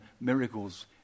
miracles